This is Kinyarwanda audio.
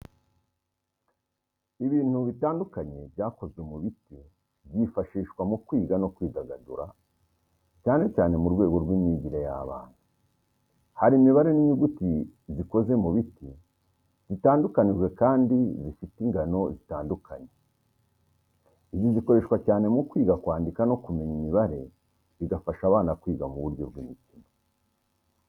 Ibintu bitandukanye byakozwe mu biti byifashishwa mu kwiga no kwidagadura cyane cyane mu rwego rw’imyigire y'abana. Hari imibare n’inyuguti zikoze mu biti, zitandukanyijwe kandi zifite ingano zitandukanye. Izi zikoreshwa cyane mu kwiga kwandika no kumenya imibare bigafasha abana kwiga mu buryo bw'imikino.